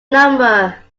number